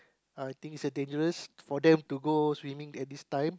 I think is dangerous for them to go swimming at this time